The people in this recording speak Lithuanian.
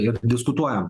ir diskutuojam